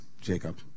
Jacob